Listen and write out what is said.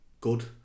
good